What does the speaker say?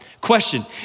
Question